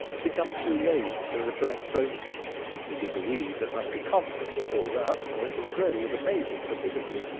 becomes too lazy to repress poaching which is a weed that must be constantly pulled up, or it will grow with amazing rapidity,